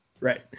Right